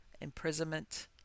imprisonment